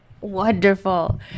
Wonderful